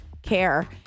care